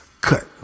cut